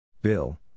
Bill